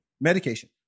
medication